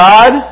God